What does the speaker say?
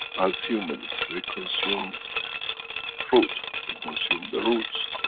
as humans, we consume fruit, we consume the roots,